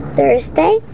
Thursday